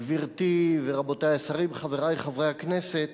גברתי ורבותי השרים, חברי חברי הכנסת,